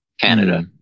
Canada